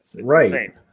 Right